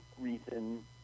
reason